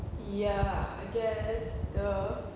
ya I guess !duh!